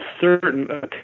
certain